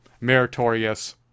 meritorious